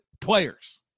players